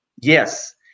yes